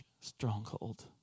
stronghold